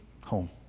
home